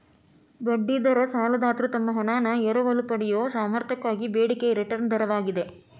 ಬಡ್ಡಿ ದರ ಸಾಲದಾತ್ರು ತಮ್ಮ ಹಣಾನ ಎರವಲು ಪಡೆಯಯೊ ಸಾಮರ್ಥ್ಯಕ್ಕಾಗಿ ಬೇಡಿಕೆಯ ರಿಟರ್ನ್ ದರವಾಗಿದೆ